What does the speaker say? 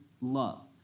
love